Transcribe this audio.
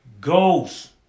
Ghost